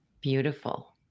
beautiful